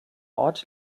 ort